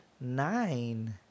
nine